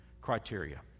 criteria